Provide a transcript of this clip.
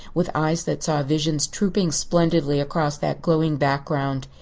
with eyes that saw visions trooping splendidly across that glowing background.